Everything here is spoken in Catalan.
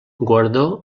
guardó